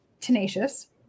tenacious